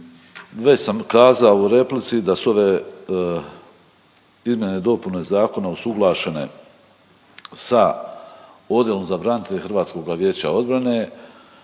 Već sam kazao u replici da su ove izmjene i dopune zakona usuglašene sa odjelom za branitelje HVO-a i još jednom